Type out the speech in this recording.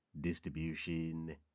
distribution